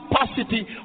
capacity